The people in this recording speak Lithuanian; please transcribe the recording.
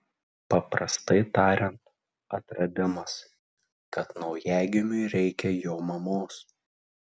paprastai tariant atradimas kad naujagimiui reikia jo mamos